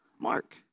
mark